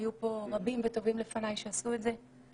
היו פה רבים וטובים לפניי שעשו את זה.